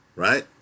Right